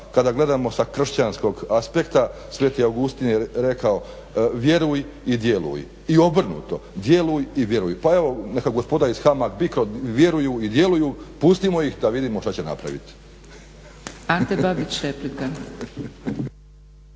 kada gledamo sa kršćanskog aspekta, sv. Augustin je rekao "Vjeruj i djeluj" i obrnuto "Djeluj i vjeruje" pa evo neka gospoda iz HAMAG-BICRO vjeruju i djeluju, pustimo ih da vidimo što će napraviti. **Zgrebec, Dragica